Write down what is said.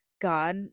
god